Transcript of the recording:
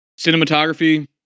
cinematography